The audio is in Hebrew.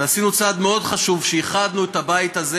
ועשינו צעד מאוד חשוב כשאיחדנו את הבית הזה